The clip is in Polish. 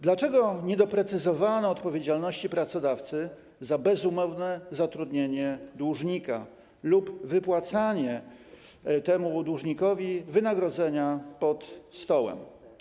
Dlaczego nie doprecyzowano odpowiedzialności pracodawcy za bezumowne zatrudnienie dłużnika lub wypłacanie temu dłużnikowi wynagrodzenia pod stołem?